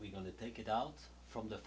we're going to take it out from the